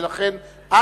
לכן,